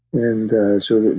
and so,